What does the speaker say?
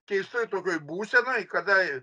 keistoj tokioj būsenoj kada